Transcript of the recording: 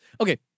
Okay